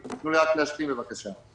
תנו לי רק להשלים בבקשה.